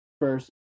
first